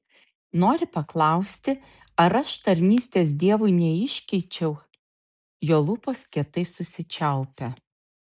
nori paklausti ar aš tarnystės dievui neiškeičiau jo lūpos kietai susičiaupia